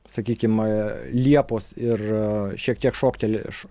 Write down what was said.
sakykim liepos ir šiek tiek šokteli iš